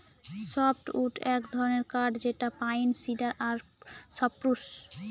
softwood এক ধরনের কাঠ যেটা পাইন, সিডার আর সপ্রুস